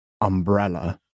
umbrella